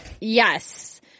Yes